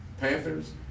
Panthers